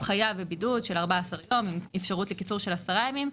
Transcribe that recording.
הוא חייב בבידוד של 14 יום עם אפשרות לקיצור של 10 ימים.